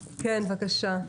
כן, בקשה.